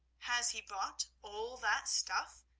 has he bought all that stuff?